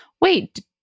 wait